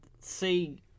see